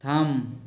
থাম